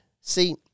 see